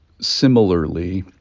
similarly